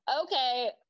okay